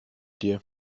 dir